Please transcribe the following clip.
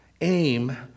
Aim